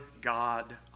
God